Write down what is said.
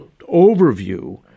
overview